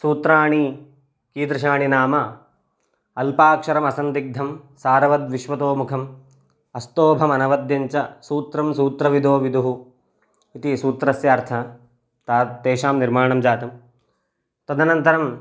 सूत्राणि कीदृशाणि नाम अल्पाक्षरमसन्तिग्धं सारवद्विश्वतोमुखम् अस्तोभमनवद्यञ्च सूत्रं सूत्रविदो विदुः इति सूत्रस्य अर्थः ता तेषां निर्माणं जातं तदनन्तरं